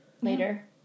later